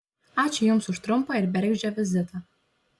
ačiū jums už trumpą ir bergždžią vizitą